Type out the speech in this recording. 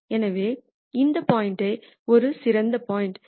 எனவே இந்த பாயிண்ட் ஒரு சிறந்த பாயிண்ட்